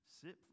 sit